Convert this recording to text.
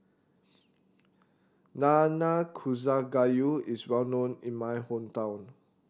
Nanakusa Gayu is well known in my hometown